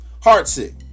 heart-sick